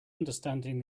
understanding